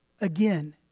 Again